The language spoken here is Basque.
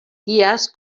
iaz